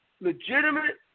Legitimate